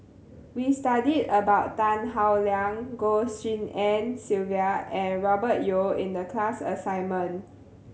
we studied about Tan Howe Liang Goh Tshin En Sylvia and Robert Yeo in the class assignment